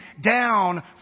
down